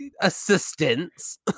assistance